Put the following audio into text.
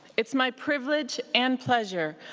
it's my privilege and pleasure,